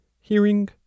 hearing